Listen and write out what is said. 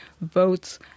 votes